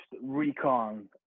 recon